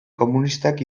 komunistak